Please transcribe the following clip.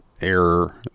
error